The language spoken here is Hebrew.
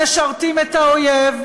משרתים את האויב,